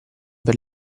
per